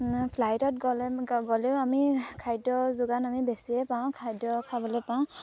ফ্লাইটত গ'লে গ'লেও আমি খাদ্য যোগান আমি বেছিয়ে পাওঁ খাদ্য খাবলৈ পাওঁ